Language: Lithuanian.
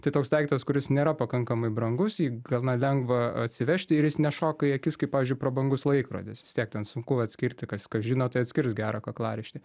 tai toks daiktas kuris nėra pakankamai brangus gana lengva atsivežti ir jis nešoka į akis kaip pavyzdžiui prabangus laikrodis vis tiek ten sunku atskirti kas kas žino tai atskirs gerą kaklaraištį